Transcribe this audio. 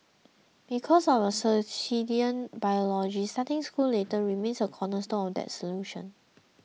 because of our circadian biology starting school later remains a cornerstone of that solution